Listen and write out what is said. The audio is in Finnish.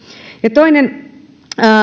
toinen